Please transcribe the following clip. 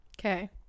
Okay